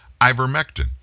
ivermectin